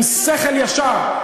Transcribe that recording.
עם שכל ישר,